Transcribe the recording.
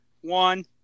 one